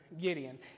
Gideon